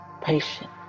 Patient